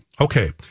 Okay